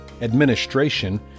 administration